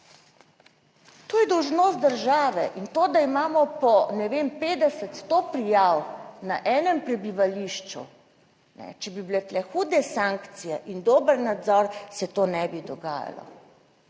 To je dolžnost države in to, da imamo po, ne vem, 50, 100 prijav na enem prebivališču, če bi bile tu hude sankcije in dober nadzor, se to ne bi dogajalo